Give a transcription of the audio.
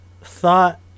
thought